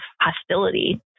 hostility